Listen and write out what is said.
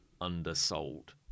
undersold